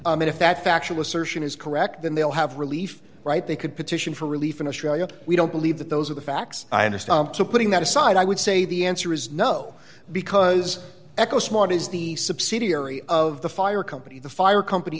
that factual assertion is correct then they'll have relief right they could petition for relief in australia we don't believe that those are the facts i understand so putting that aside i would say the answer is no because eco smart is the subsidiary of the fire company the fire company